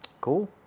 Cool